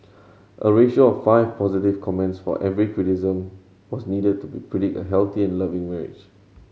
a ratio of five positive comments for every criticism was needed to be predict a healthy and loving marriage